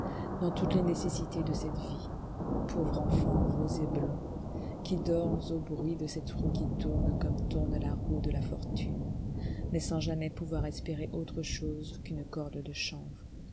dans toutes les nécessités de cette vie pauvre enfant rose et blond qui dors au bruit de cette roue qui tourne comme tourne la roue de la fortune mais sans jamais pouvoir espérer autre chose qu'une corde de chanvre